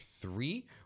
three